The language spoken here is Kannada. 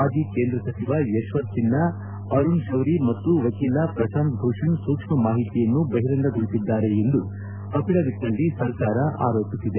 ಮಾಜಿ ಕೇಂದ್ರ ಸಚಿವ ಯಶವಂತ್ ಸಿನ್ವಾ ಅರುಣ್ ಶೌರಿ ಮತ್ತು ವಕೀಲ ಪ್ರಶಾಂತ್ ಭೂಷಣ್ ಸೂಕ್ಷ್ಣ ಮಾಹಿಶಿಯನ್ನು ಬಹಿರಂಗಗೊಳಿಸಿದ್ದಾರೆ ಎಂದು ಅಫಿಡವಿಟ್ನಲ್ಲಿ ಸರ್ಕಾರ ಆರೋಪಿಸಿದೆ